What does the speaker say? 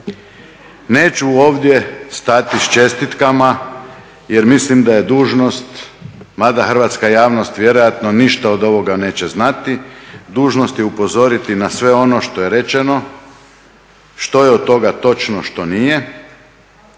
Neću ovdje stati s čestitkama jer mislim da je dužnost, ma da hrvatska javnost vjerojatno ništa od ovoga neće znati, dužnost je upozoriti na sve ono što je rečeno, što je od toga točno, što nije